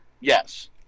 Yes